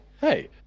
Hey